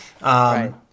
Right